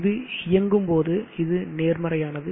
இது இயங்கும் போது இது நேர்மறையானது